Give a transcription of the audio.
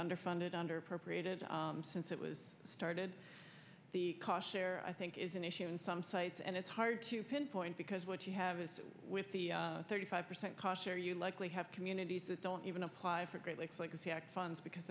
underfunded under appropriated since it was started the cost share i think is an issue in some sites and it's hard to pinpoint because what you have is with the thirty five percent cost share you likely have communities that don't even apply for great lakes like c x funds because